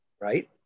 right